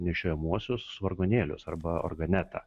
nešiojamuosius vargonėlius arba organetą